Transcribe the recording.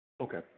Okay